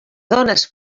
dones